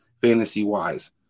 fantasy-wise